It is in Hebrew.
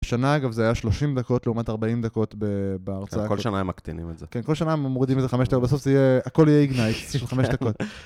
בשנה אגב זה היה 30 דקות לעומת 40 דקות בהרצאה. כל שנה הם מקטינים את זה. כן, כל שנה הם מורידים איזה 5 דקות, בסוף זה יהיה, הכל יהיה איגנייטס, 5 דקות.